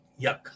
Yuck